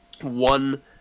one